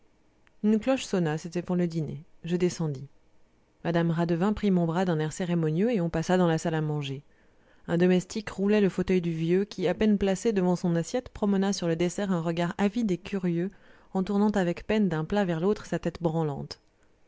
une cloche sonna c'était pour le dîner je descendis mme radevin prit mon bras d'un air cérémonieux et on passa dans la salle à manger un domestique roulait le fauteuil du vieux qui à peine placé devant son assiette promena sur le dessert un regard avide et curieux en tournant avec peine d'un plat vers l'autre sa tête branlante